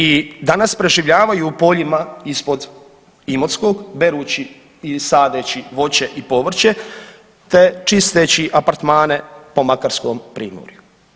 I danas preživljavaju u poljima ispod Imotskog berući i sadeći voće i povrće, te čisteći apartmane po makarskom primorju.